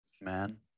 Man